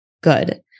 good